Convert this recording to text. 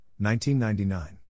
1999